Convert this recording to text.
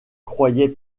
croyait